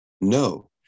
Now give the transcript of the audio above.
No